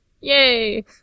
Yay